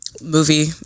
movie